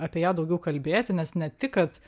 apie ją daugiau kalbėti nes ne tik kad